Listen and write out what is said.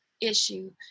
issue